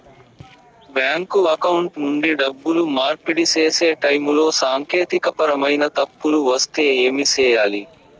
bank account నుండి డబ్బులు మార్పిడి సేసే టైములో సాంకేతికపరమైన తప్పులు వస్తే ఏమి సేయాలి